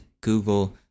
Google